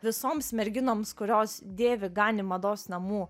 visoms merginoms kurios dėvi ganni mados namų